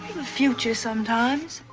the future, sometimes.